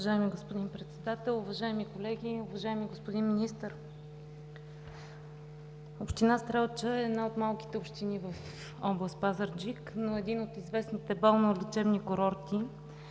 Уважаеми господин Председател, уважаеми колеги! Уважаеми господин Министър, община Стрелча е малка община в област Пазарджик, но е известен балнеолечебен курорт.